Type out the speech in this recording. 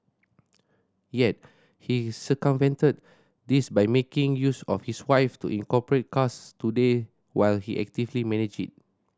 yet he circumvented this by making use of his wife to incorporate Cars Today while he actively manage it